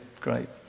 Great